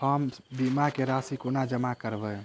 हम बीमा केँ राशि कोना जमा करबै?